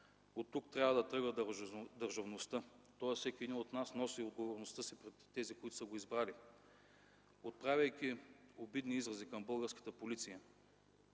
Оттук трябва да тръгва държавността, тоест всеки един от нас носи отговорността си пред тези, които са го избрали. Отправянето на обидни изрази към българската Полиция